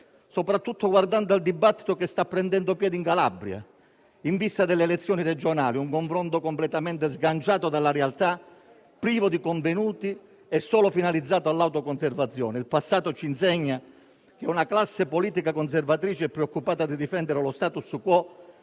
soprattutto guardando al dibattito che sta prendendo piede in Calabria in vista delle elezioni regionali, con un confronto completamente sganciato dalla realtà, privo di contenuti e finalizzato solo all'autoconservazione. Il passato ci insegna che una classe politica conservatrice, preoccupata di difendere lo *status quo,*